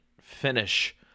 finish